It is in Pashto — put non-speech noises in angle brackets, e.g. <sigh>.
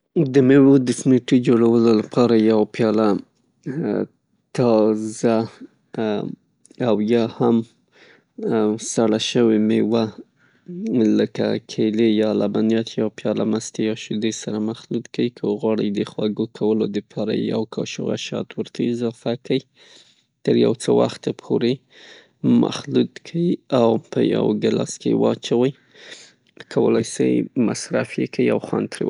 د میوو د ساموټي د جوړولو د پاره یو پیاله تازه او یا هم سړه شوې میوه لکه کیلې یا لبنیات یوه پیاله مستې یا شیدې سره مخلوط کړئ. که غواړئ د خواږه کولو د پاره یې یو کاشوغه شات ور اضافه کئ. تر یو څه وخته پورې یې مخلوط کئ او په یو ګیلاس کې یې واچوئ کولای سئ مصرف یې کئ. او خوند ترې واخ. <unintelligible>